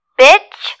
bitch